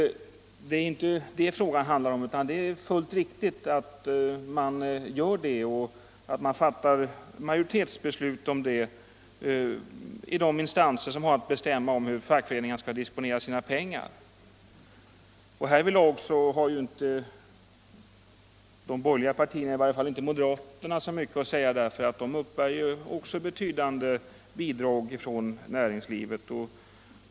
Det är inte det frågan gäller. Det är fullt riktigt att man fattar majoritetsbeslut om sådana frågor i de instanser som har att bestämma hur fackföreningarna skall disponera sina pengar. Härvidlag har de borgerliga partierna inte mycket att säga, i varje fall inte moderaterna — de uppbär ju betydande bidrag från nä Nr 149 ringslivet.